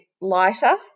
lighter